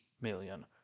million